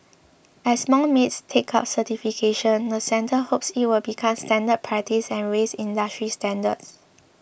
as more maids take up certification the centre hopes it will become standard practice and raise industry standards